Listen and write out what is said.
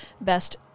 Best